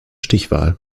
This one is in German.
stichwahl